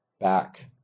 back